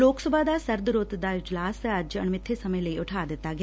ਲੋਕ ਸਭਾ ਦਾ ਸਰਦ ਰੁੱਤ ਦਾ ਇਜਲਾਸ ਅਤੇ ਅਣਮਿੱਥੇ ਸਮੇਂ ਲਈ ਉਠਾ ਦਿੱਤਾ ਗਿਆ